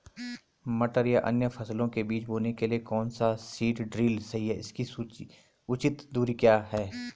मटर या अन्य फसलों के बीज बोने के लिए कौन सा सीड ड्रील सही है इसकी उचित दूरी क्या है?